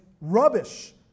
rubbish